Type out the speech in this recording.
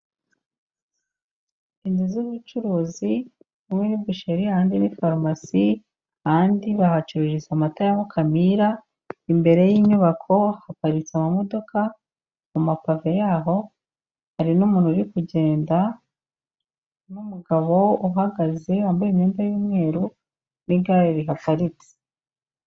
Inzu z'ubucuruzi, hamwe ni busheli, ahandi ni farumasi, ahandi bahacururiza amata ya Mukamira, imbere y'inyubako haparitse amamodoka, mu mapave yaho, hari n'umuntu uri kugenda, n'umugabo uhagaze wambaye imyenda y'umweru, n'igare rihaparitse.